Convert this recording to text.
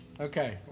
Okay